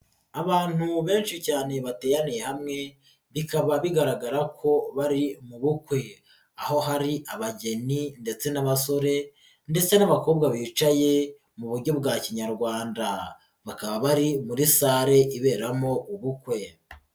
Abantu benshi cyane bateraniye hamwe bikaba bigaragara ko bari mu bukwe aho hari abageni ndetse n'abasore ndetse n'abakobwa bicaye mu buryo bwa kinyarwanda bakaba bari muri sale iberamo ubukwe.